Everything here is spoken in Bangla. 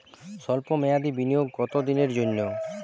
সল্প মেয়াদি বিনিয়োগ কত দিনের জন্য?